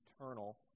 eternal